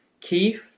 keith